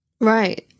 Right